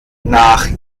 nach